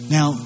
Now